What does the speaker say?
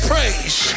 praise